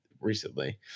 recently